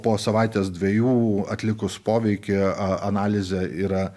po savaitės dviejų atlikus poveikį a analizę yra